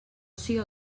siga